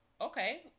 okay